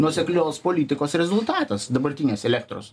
nuoseklios politikos rezultatas dabartinės elektros